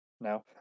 now